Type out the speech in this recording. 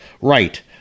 right